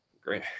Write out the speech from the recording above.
great